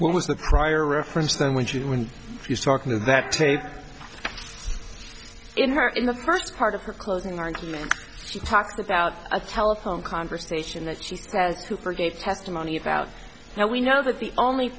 was the prior reference then when she when she's talking to that tape in her in the first part of her closing argument she talked about a telephone conversation that she says to her gave testimony about how we know that the only